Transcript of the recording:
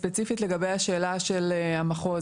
ספציפית לגבי השאלה של המחוז,